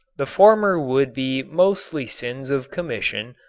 the former would be mostly sins of commission,